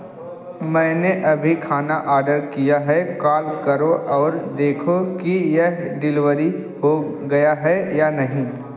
मैंने अभी खाना आडर किया है कॉल करो और देखो कि यह डिलवरी हो गया है या नहीं